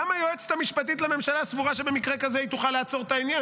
גם היועצת המשפטית לממשלה סבורה שבמקרה כזה היא תוכל לעצור את העניין,